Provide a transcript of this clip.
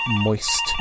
moist